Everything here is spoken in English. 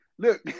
Look